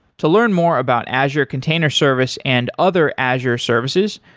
to learn more about azure container service and other azure services,